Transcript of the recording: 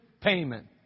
payment